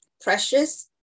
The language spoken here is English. precious